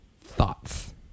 Thoughts